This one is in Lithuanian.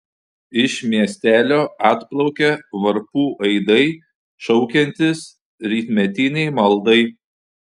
iš miestelio atplaukia varpų aidai šaukiantys rytmetinei maldai